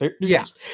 Yes